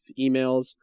emails